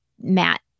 Matt